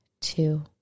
two